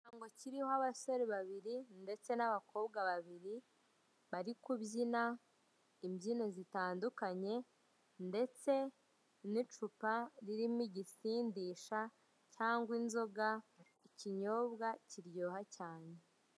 Ikirango kiriho abasore babiri ndetse n'abakobwa babiri, bari kubyina imbyino zitandukanye, ndetse n'icupa ririmo igisindisha cyangwa inzoga, ikinyobwa kiryoha cyane.